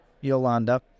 Yolanda